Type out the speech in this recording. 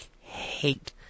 hate